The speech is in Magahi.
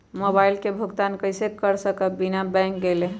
मोबाईल के भुगतान कईसे कर सकब बिना बैंक गईले?